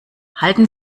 halten